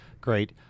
Great